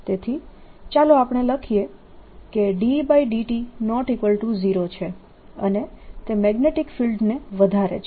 તેથી ચાલો આપણે લખીએ કે Et0 છે અને તે મેગ્નેટીક ફિલ્ડને વધારે છે